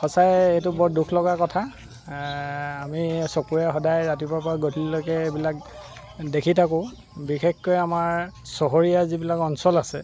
সঁচাই এইটো বৰ দুখলগা কথা আমি চকুৰে সদায় ৰাতিপুৱাৰপৰা গধূলিলৈকে এইবিলাক দেখি থাকোঁ বিশেষকৈ আমাৰ চহৰীয়া যিবিলাক অঞ্চল আছে